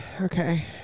Okay